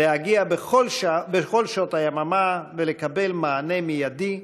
להגיע בכל שעות היממה ולקבל מענה מיידי,